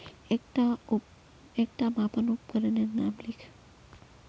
एकटा मापन उपकरनेर नाम लिख?